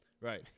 Right